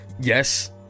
yes